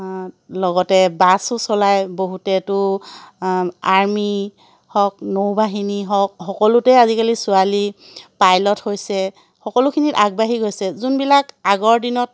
লগতে বাছো চলায় বহুতেতো আৰ্মী হওক নৌ বাহিনী হওক সকলোতে আজিকালি ছোৱালী পাইলট হৈছে সকলোখিনিত আগবাঢ়ি গৈছে যোনবিলাক আগৰ দিনত